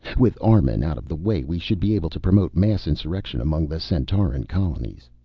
with armun out of the way we should be able to promote mass insurrection among the centauran colonies.